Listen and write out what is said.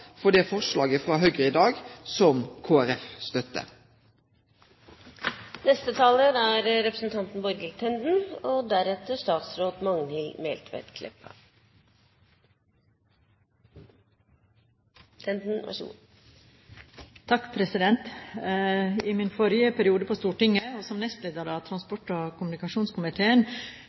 glad for forslaget frå Høgre i dag, som Kristeleg Folkeparti støttar. I min forrige periode på Stortinget tok jeg som nestleder i transport- og kommunikasjonskomiteen